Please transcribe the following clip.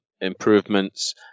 improvements